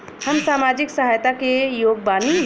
हम सामाजिक सहायता के योग्य बानी?